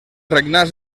regnats